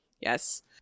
Yes